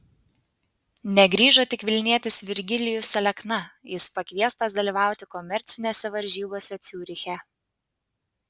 negrįžo tik vilnietis virgilijus alekna jis pakviestas dalyvauti komercinėse varžybose ciuriche